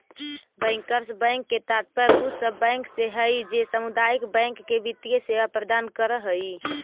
bankers bank से तात्पर्य उ सब बैंक से हइ जे सामुदायिक बैंक के वित्तीय सेवा प्रदान करऽ हइ